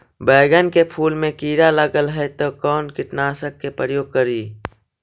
बैगन के फुल मे कीड़ा लगल है तो कौन कीटनाशक के प्रयोग करि?